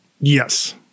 Yes